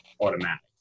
automatic